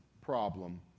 problem